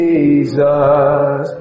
Jesus